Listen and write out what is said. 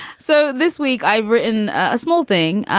so this week i've written a small thing.